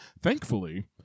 thankfully